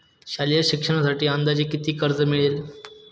शालेय शिक्षणासाठी अंदाजे किती कर्ज मिळेल?